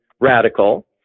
radical